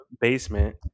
basement